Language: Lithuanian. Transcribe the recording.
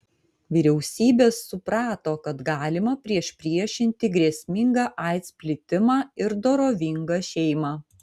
vyriausybės suprato kad galima priešpriešinti grėsmingą aids plitimą ir dorovingą šeimą